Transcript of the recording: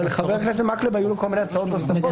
אבל לחבר הכנסת מקבל היו כל מיני הצעות נוספות.